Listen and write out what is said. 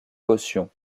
caution